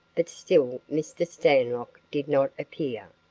but still mr. stanlock did not appear.